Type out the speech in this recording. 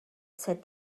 said